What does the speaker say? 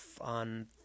on